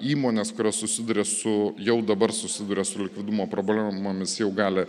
įmonės kurios susiduria su jau dabar susiduria su likvidumo problemomis jau gali